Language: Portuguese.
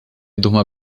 durma